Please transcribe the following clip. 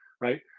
right